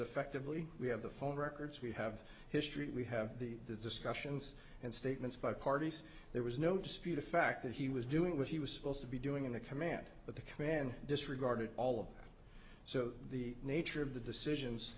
effectively we have the phone records we have history we have the discussions and statements by parties there was no dispute a fact that he was doing what he was supposed to be doing in the command but the command disregarded all of so the nature of the decisions